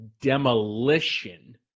demolition